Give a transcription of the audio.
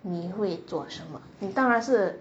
你会做什么你当然是